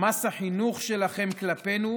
מס החינוך שלכם כלפינו,